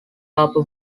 upper